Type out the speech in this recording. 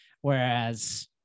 whereas